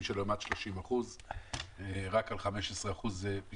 שלו הם מעל 30%. דובר רק על 15% פיצויים.